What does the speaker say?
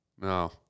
No